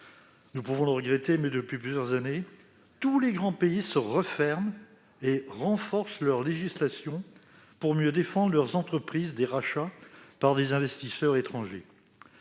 Nous pouvons le regretter, mais, depuis plusieurs années, tous les grands pays se referment et renforcent leur législation pour mieux protéger leurs entreprises des rachats par des investisseurs étrangers.